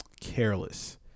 careless